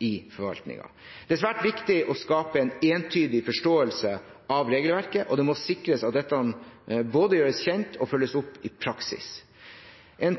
i forvaltningen. Det er svært viktig å skape en entydig forståelse av regelverket, og det må sikres at dette både gjøres kjent og følges opp i praksis.